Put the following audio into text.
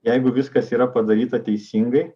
jeigu viskas yra padaryta teisingai